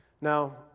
Now